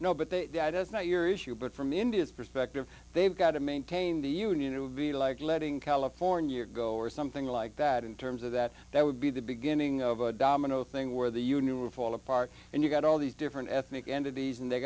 as not your issue but from india's perspective they've got to maintain the union it would be like letting california go or something like that in terms of that that would be the beginning of a domino thing where the you knew a fall apart and you got all these different ethnic entities and they